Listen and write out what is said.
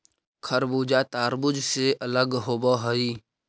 खरबूजा तारबुज से अलग होवअ हई